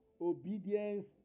obedience